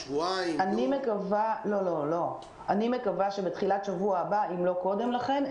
אני מקווה שבתחילת שבוע הבא, אם לא קודם לכן.